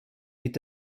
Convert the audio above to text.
mit